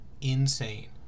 insane